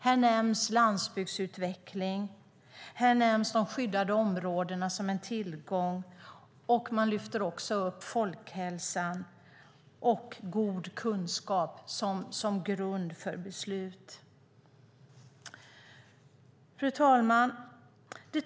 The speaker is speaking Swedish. Här nämns landsbygdsutveckling och de skyddade områdena som en tillgång. Man lyfter också upp folkhälsan och god kunskap som grund för beslut. Fru talman!